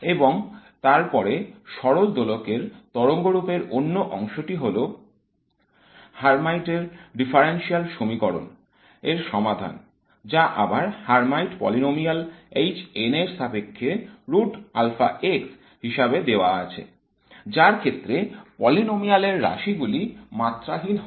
এবং তারপর সরল দোলকের তরঙ্গ অপেক্ষক এর অন্য অংশটি হল হার্মাইট এর ডিফারেনশিয়াল সমীকরণ Hermite's differential equation এর সমাধান যা আবার হার্মাইট পলিনোমিয়াল H n এর সাপেক্ষে হিসেবে দেওয়া আছে যার ক্ষেত্রে পলিনোমিয়াল এর রাশি গুলি মাত্রাহীন হয়